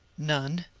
none.